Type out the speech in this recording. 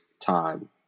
time